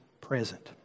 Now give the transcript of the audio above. present